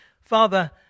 Father